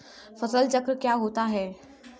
फसल चक्र क्या होता है?